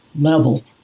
level